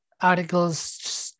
articles